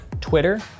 Twitter